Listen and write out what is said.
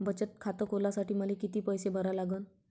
बचत खात खोलासाठी मले किती पैसे भरा लागन?